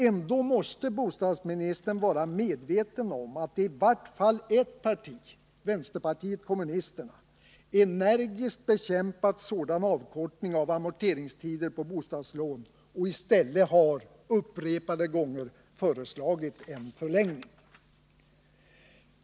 Ändå måste bostadsministern vara medveten om att i vart fall ett parti — vänsterpartiet kommunisterna — energiskt bekämpat sådan avkortning av amorteringstider på bostadslån och i stället upprepade gånger föreslagit en förlängning.